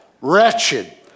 wretched